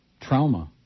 trauma